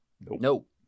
Nope